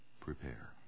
prepare